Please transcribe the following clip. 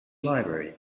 library